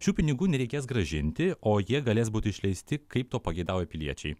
šių pinigų nereikės grąžinti o jie galės būti išleisti kaip to pageidauja piliečiai